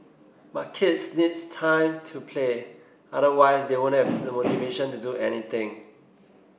but kids needs time to play otherwise they won't have the motivation to do anything